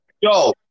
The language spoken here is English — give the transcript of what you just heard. Yo